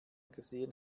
gesehen